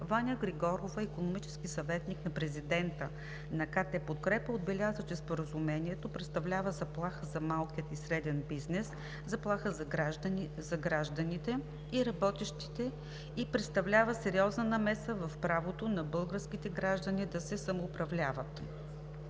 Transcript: Ваня Григорова – икономически съветник на президента на КТ „Подкрепа“, отбеляза, че Споразумението представлява заплаха за малкия и среден бизнес, заплаха за гражданите и работещите и представлява сериозна намеса в правото на българските граждани да се самоуправляват.